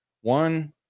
One